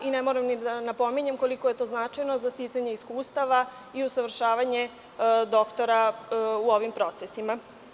Ne moram ni da napominjem koliko je to značajno za sticanje iskustava i usavršavanje doktora u ovim procesima.